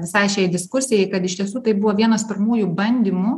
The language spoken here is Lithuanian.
visai šiai diskusijai kad iš tiesų tai buvo vienas pirmųjų bandymų